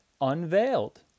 unveiled